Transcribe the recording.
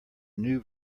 new